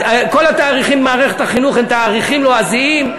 כל התאריכים במערכת החינוך הם תאריכים לועזיים.